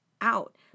out